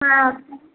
হ্যাঁ